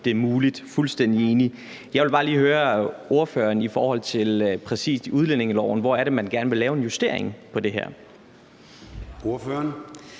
det er muligt – fuldstændig enig. Jeg vil bare lige høre ordføreren i forhold til udlændingeloven: Hvor er det præcis, man gerne vil lave en justering af det her? Kl.